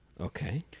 Okay